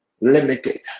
limited